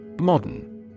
Modern